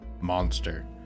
monster